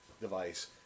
device